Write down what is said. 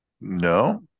No